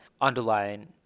underlying